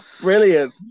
brilliant